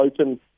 open